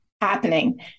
happening